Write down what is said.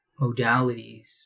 modalities